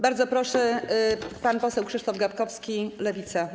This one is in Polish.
Bardzo proszę, pan poseł Krzysztof Gawkowski, Lewica.